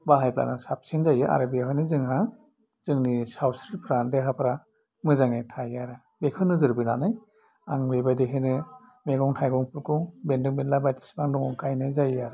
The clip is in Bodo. बाहायब्लानो साबसिन जायो आरो बेवहायनो जोंहा जोंनि सावस्रिफ्रा देहाफ्रा मोजाङै थायो आरो बेखौ नोजोर बोनानै आं बेबायदिहायनो मैगं थाइगंफोरखौ बेन्दों बेनला बायदिसिना गायनाय जायो आरो